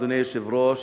אדוני היושב-ראש.